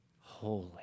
holy